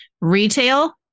retail